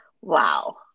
Wow